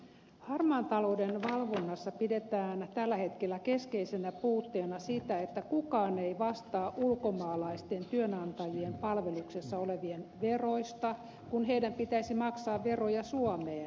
harmaan talouden valvonnassa pidetään tällä hetkellä keskeisenä puutteena sitä että kukaan ei vastaa ulkomaalaisten työnantajien palveluksessa olevien veroista kun heidän pitäisi maksaa veroja suomeen